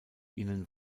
ihnen